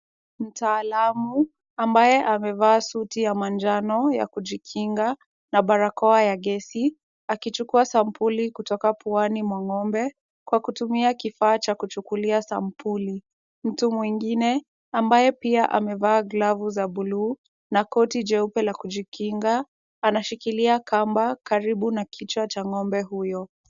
Mtaalam ambaye amevaa suti ya majano ya kujikinga na barakoa ya gesi akichukua sampuli kutoka puani mwa ng'ombe kwa kutumia kifaa cha kuchukulia sampuli. Mtu mwingine ambaye pia amevaa glavu za bluu na koti jeupe la kujikinga anashikilia kamba karibu na kichwa cha ng'ombe huyo.